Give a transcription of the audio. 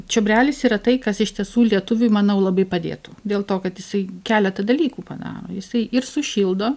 čiobrelis yra tai kas iš tiesų lietuviui manau labai padėtų dėl to kad jisai keletą dalykų padaro jisai ir sušildo